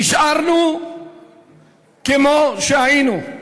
נשארנו כמו שהיינו.